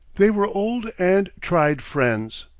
they were old and tried friends,